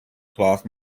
cloth